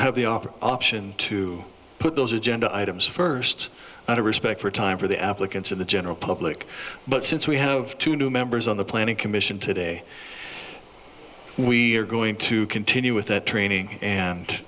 have the op option to put those agenda items for first out of respect for time for the applicants of the general public but since we have two new members on the planning commission today we are going to continue with the training and